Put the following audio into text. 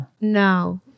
No